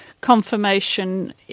confirmation